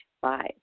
five